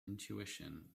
intuition